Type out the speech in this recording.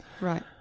Right